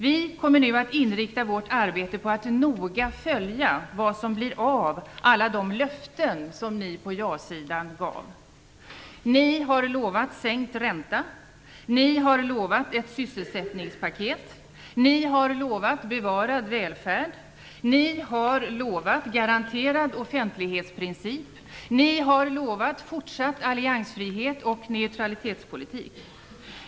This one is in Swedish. Vi kommer nu att inrikta vårt arbete på att noga följa vad som blir av alla de löften som ni på ja-sidan gav. Ni på ja-sidan har lovat sänkt ränta, ni har lovat ett sysselsättningspaket, ni har lovat bevarad välfärd, ni har lovat garanterad offentlighetsprincip, ni har lovat fortsatt alliansfrihet och neutralitetspolitik.